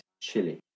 chili